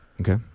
Okay